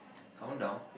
countdown